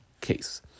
case